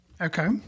Okay